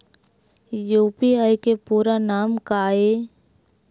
UPI के पूरा नाम का ये?